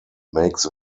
makes